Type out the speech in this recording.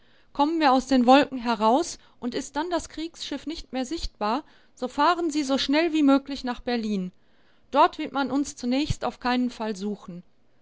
kommen wir aus den wolken heraus und ist dann das kriegsschiff nicht mehr sichtbar so fahren sie so schnell wie möglich nach berlin dort wird man uns zunächst auf keinen fall suchen